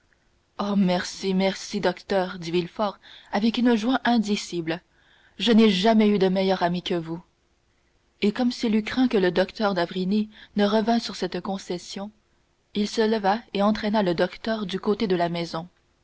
oh merci merci docteur dit villefort avec une joie indicible je n'ai jamais eu de meilleur ami que vous et comme s'il eût craint que le docteur d'avrigny ne revînt sur cette concession il se leva et entraîna le docteur du côté de la maison